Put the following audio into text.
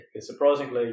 surprisingly